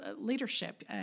leadership